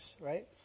right